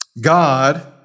God